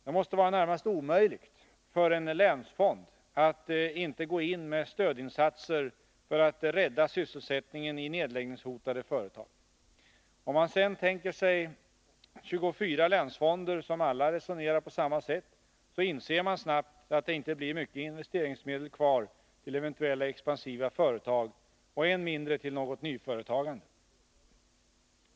Det måste vara närmast omöjligt för en länsfond att inte gå in med stödinsatser för att rädda sysselsättningen i nedläggningshotade företag. Om man sedan tänker sig 24 länsfonder, som alla resonerar på samma sätt, inser man snabbt att det inte blir mycket investeringsmedel kvar till eventuella expansiva företag och än mindre till något nyföretagande.